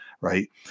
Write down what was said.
right